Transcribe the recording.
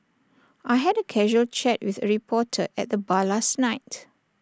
I had A casual chat with A reporter at the bar last night